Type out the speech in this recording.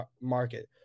market